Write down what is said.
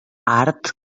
art